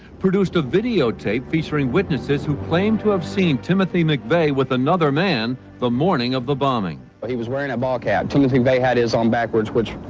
produced a videotape featuring witnesses who claim to have seen. timothy mcveigh with another man the morning of the bombing. but he was wearing a ballcap. timothy mcveigh had his on backwards which.